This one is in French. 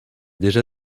déjà